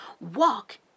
walk